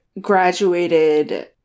graduated